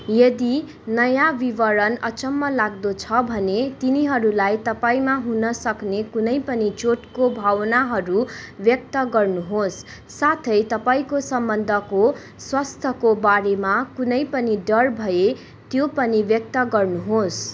यदि नयाँ विवरण अचम्मलाग्दो छ भने तिनीहरूलाई तपाईँँमा हुन सक्ने कुनै पनि चोटको भावनाहरू व्यक्त गर्नुहोस् साथै तपाईँँको सम्बन्धको स्वास्थ्यको बारेमा कुनै पनि डर भए त्यो पनि व्यक्त गर्नुहोस्